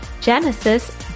Genesis